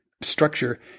structure